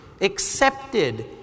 accepted